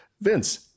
Vince